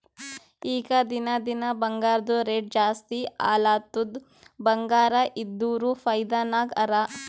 ಈಗ ದಿನಾ ದಿನಾ ಬಂಗಾರ್ದು ರೇಟ್ ಜಾಸ್ತಿ ಆಲತ್ತುದ್ ಬಂಗಾರ ಇದ್ದೋರ್ ಫೈದಾ ನಾಗ್ ಹರಾ